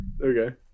Okay